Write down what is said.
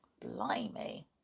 Blimey